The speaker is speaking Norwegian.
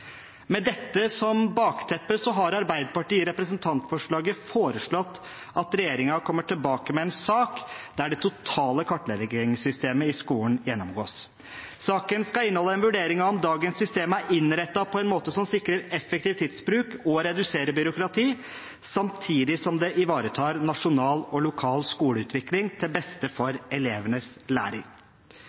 Med dette som bakteppe har Arbeiderpartiet i innstillingen til representantforslaget foreslått at regjeringen kommer tilbake med en sak der det totale kartleggingssystemet i skolen gjennomgås. Saken skal inneholde en vurdering av om dagens system er innrettet på en måte som sikrer effektiv tidsbruk og reduserer byråkrati, samtidig som det ivaretar nasjonal og lokal skoleutvikling til beste for elevenes læring.